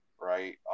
right